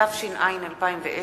התש"ע 2010,